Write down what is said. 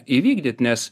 įvykdyt nes